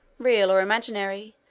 real or imaginary,